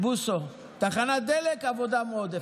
עבודה מועדפת.